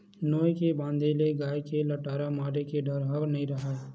नोई के बांधे ले गाय के लटारा मारे के डर ह नइ राहय